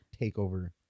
TakeOver